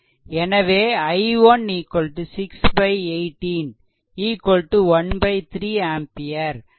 எனவே i1 618 13 ampere